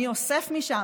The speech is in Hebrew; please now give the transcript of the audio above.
מי אוסף משם?